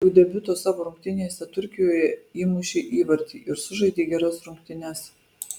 jau debiuto savo rungtynėse turkijoje įmušei įvartį ir sužaidei geras rungtynes